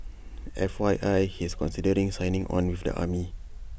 F Y I he's considering signing on with the army